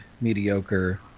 mediocre